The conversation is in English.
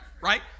Right